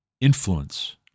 influence